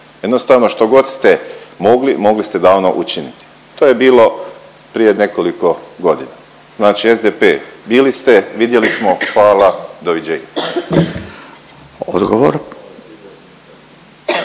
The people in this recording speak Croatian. Jednostavno što god ste mogli, mogli ste davno učiniti. To je bilo prije nekoliko godina. Znači SDP bili ste, vidjeli smo, hvala, doviđenja. **Radin,